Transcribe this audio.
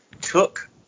took